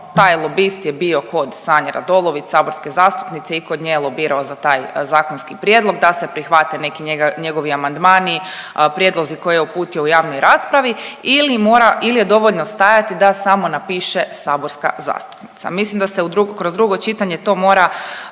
taj lobist je bio kod Sanje Radolović, saborske zastupnice i kod nje je lobirao za taj zakonski prijedlog da se prihvate neki njegovi amandmani, prijedlozi koje je uputio u javnoj raspravi ili mora, ili je dovoljno stajati da samo napiše saborska zastupnica. Mislim da se kroz drugo čitanje to mora